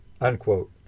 unquote